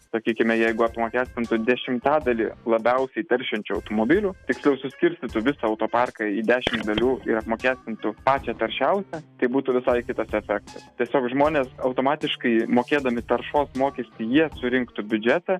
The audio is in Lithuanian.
sakykime jeigu apmokestintų dešimtadalį labiausiai teršiančių automobilių tiksliau suskirstysiu visą autoparką į dešim dalių ir apmokestintų pačią taršiausią tai būtų visai kitas efektas tiesiog žmonės automatiškai mokėdami taršos mokestį jie surinktų biudžetą